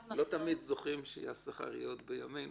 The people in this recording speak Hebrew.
לא תמיד זוכים שהשכר יהיה עוד בימינו.